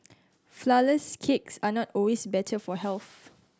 flourless cakes are not always better for health